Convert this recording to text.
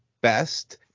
best